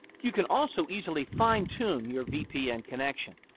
you can also easily fine-tune your vpn connection.